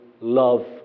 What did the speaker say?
love